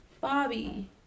bobby